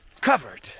covered